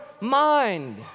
mind